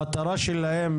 המטרה שלהם